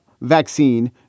vaccine